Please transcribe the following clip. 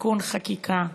תיקון חקיקה,